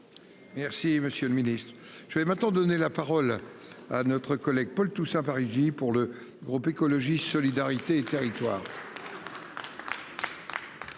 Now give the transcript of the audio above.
Merci, monsieur le Ministre, je vais maintenant donner la parole à notre collègue Paul Toussaint Parigi pour le groupe écologiste solidarité et territoires.